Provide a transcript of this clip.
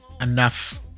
enough